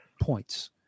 points